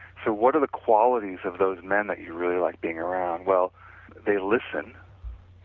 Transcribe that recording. so, what are the qualities of those men that you really like being around, well they listen.